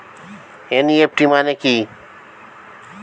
NEFT মানে কি?